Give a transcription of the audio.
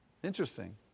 Interesting